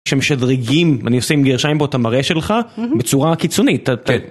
שמשדריגים ואני ישים גרשיים באותה מראה שלך בצורה קיצונית.